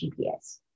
GPS